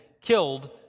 killed